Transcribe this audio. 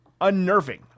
Unnerving